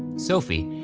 sophie,